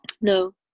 No